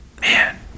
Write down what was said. man